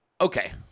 Okay